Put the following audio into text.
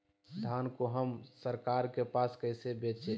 धान को हम सरकार के पास कैसे बेंचे?